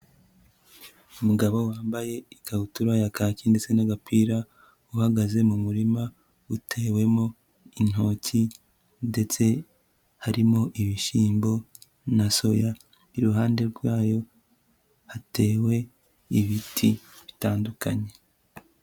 Umugabo wambaye ikabutura ya kaki ndetse n'agapira, uhagaze mu murima, utewemo intoki ndetse harimo ibishyimbo na soya, iruhande rwayo, hatewe ibiti bitandukanye.